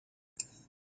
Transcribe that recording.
tres